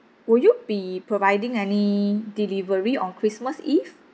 would you be providing any delivery on christmas eve